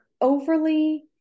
overly